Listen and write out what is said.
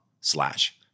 slash